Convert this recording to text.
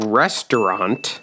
restaurant